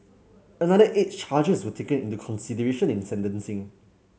another eight charges were taken into consideration in sentencing